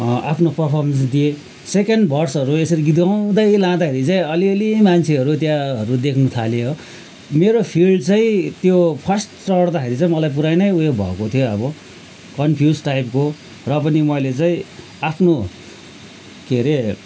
आफ्नो पर्फरमेन्स दिए सेकेन्ड भर्सहरू यसरी गीत गाउँदै लाँदाखेरि चाहिँ अलिअलि मान्छेहरू त्यहाँहरू देख्नु थाल्यो मेरो फिल्ड चाहिँ त्यो फर्स्ट चढ्दाखेरि चाहिँ मलाई पुरा नै ऊ यो भएको थियो अब कनफ्युज टाइपको र पनि मैले चाहिँ आफ्नो के अरे